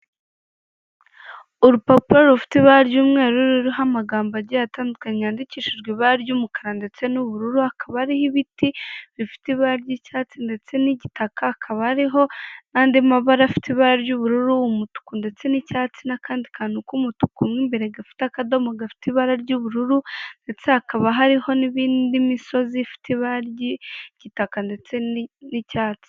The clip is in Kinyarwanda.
Urupapuro rufite ibara ry'umweru ruriho amagambo agiye atandukanye, yandikishijwe ibara ry'umukara ndetse n'ubururu, hakaba hariho ibiti bifite ibara ry'icyatsi ndetse n'igitaka, hakaba hariho n'andi mabara afite ibara ry'ubururu, umutuku ndetse n'icyatsi n'akandi kantu k'umutuku mu imbere gafite akadomo gafite ibara ry'ubururu, ndetse hakaba hariho n'imisozi ifite ibara ry'igitaka ndetse n'icyatsi.